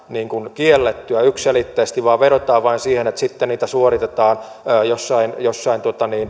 kiellettyä yksiselitteisesti vaan vedotaan vain siihen että sitten niitä suoritetaan joissain